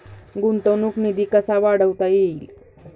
गुंतवणूक निधी कसा वाढवता येईल?